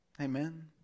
Amen